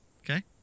Okay